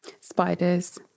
Spiders